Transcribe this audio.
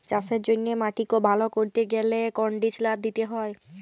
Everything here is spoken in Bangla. চাষের জ্যনহে মাটিক ভাল ক্যরতে গ্যালে কনডিসলার দিতে হয়